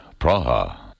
Praha